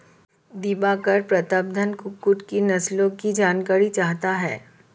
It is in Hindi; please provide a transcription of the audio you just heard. दिवाकर प्रतापधन कुक्कुट की नस्लों की जानकारी चाहता है